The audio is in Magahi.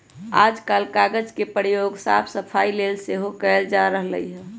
याजकाल कागज के प्रयोग साफ सफाई के लेल सेहो कएल जा रहल हइ